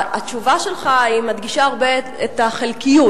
התשובה שלך מדגישה הרבה את החלקיות,